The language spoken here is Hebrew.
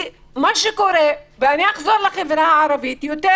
מה שקורה ואני אחזור לחברה הערבית יותר